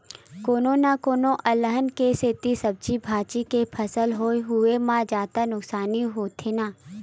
कोनो न कोनो अलहन के सेती सब्जी भाजी के फसल होए हुवाए म जादा नुकसानी होथे न